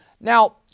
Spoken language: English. Now